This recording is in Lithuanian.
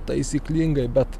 taisyklingai bet